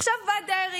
עכשיו בא דרעי,